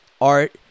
art